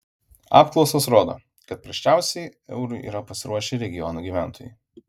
apklausos rodo kad prasčiausiai eurui yra pasiruošę regionų gyventojai